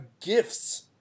gifts